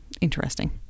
interesting